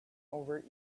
over